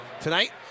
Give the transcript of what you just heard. tonight